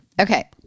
Okay